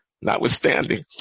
notwithstanding